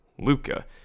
Luca